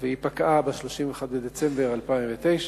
והיא פקעה ב-31 בדצמבר 2009,